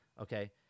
okay